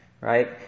right